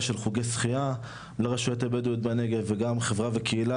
של חוגי שחיה לרשויות הבדואיות בנגב וגם חברה וקהילה